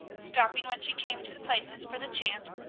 stopping when she came to the places for the chant,